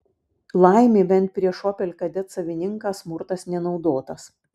laimė bent prieš opel kadet savininką smurtas nenaudotas